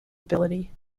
ability